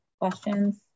questions